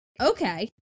okay